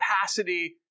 capacity